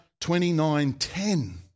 29.10